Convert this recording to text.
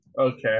Okay